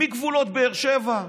מגבולות באר שבע.